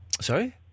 Sorry